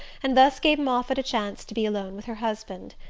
and thus gave moffatt a chance to be alone with her husband.